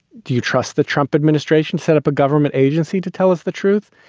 do you trust the trump administration set up government agency to tell us the truth?